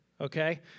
okay